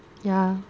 ya